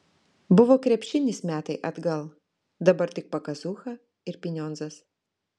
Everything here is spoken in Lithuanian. buvo krepšinis metai atgal dabar tik pakazucha ir pinionzas